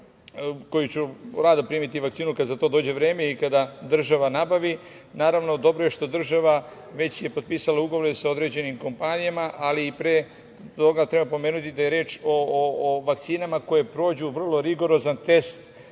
koji ću rado primiti vakcinu kada za to dođe vreme i kada država nabavi. Naravno, dobro je što je država već potpisala ugovore sa određenim kompanijama, ali i pre toga treba pomenuti da je reč o vakcinama koje prođu vrlo rigorozan test